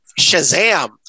Shazam